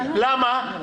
למה?